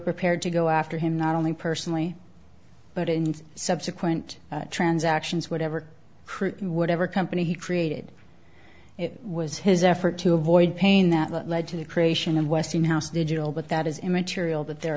prepared to go after him not only personally but in subsequent transactions whatever proof whatever company he created it was his effort to avoid pain that led to the creation of westinghouse digital but that is immaterial that there